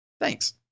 Thanks